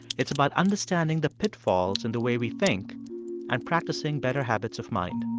it's about understanding the pitfalls in the way we think and practicing better habits of mind